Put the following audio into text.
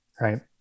right